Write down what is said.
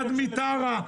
אחד מטרה.